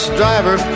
driver